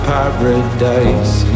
paradise